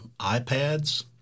iPads